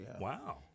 Wow